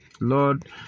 lord